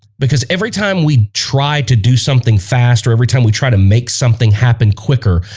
because every time we try to do something fast or every time we try to make something happen quicker,